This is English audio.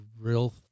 real